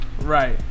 right